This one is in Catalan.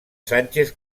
sánchez